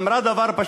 גם אני